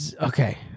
okay